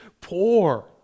poor